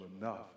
enough